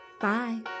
Bye